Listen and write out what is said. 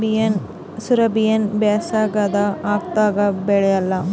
ಸೋಯಾಬಿನ ಬ್ಯಾಸಗ್ಯಾಗ ಹಾಕದರ ಬೆಳಿಯಲ್ಲಾ?